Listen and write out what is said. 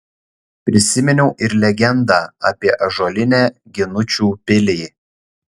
prisiminiau ir legendą apie ąžuolinę ginučių pilį